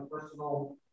personal